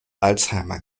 alzheimer